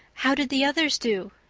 how did the others do?